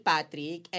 Patrick